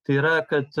tai yra kad